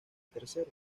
tercero